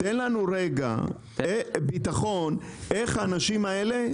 תן לנו רגע ביטחון איך האנשים האלה,